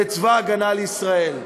לצבא ההגנה לישראל.